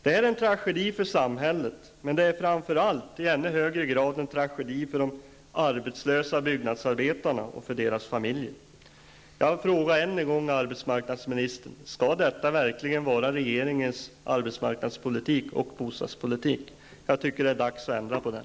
Det är en tragedi för samhället, men det är framför allt i ännu högre grad en tragedi för de arbetslösa byggnadsarbetarna och för deras familjer. Jag vill än en gång fråga arbetsmarknadsministern om detta verkligen skall vara regeringens arbetsmarknads och bostadspolitik. Jag tycker att det är dags att ändra på det.